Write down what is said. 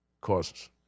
causes